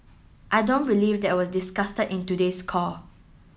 I don't believe that was in today's call